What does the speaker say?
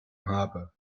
habe